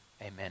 Amen